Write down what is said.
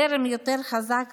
זרם יותר חזק